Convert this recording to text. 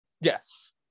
Yes